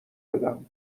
بدم